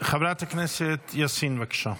חברת הכנסת יאסין, בבקשה.